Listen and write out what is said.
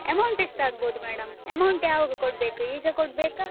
amount ಎಷ್ಟು ಆಗ್ಬಹುದು madam amount ಯಾವಾಗ ಕೊಡಬೇಕು ಈಗ ಕೊಡಬೇಕ